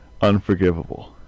unforgivable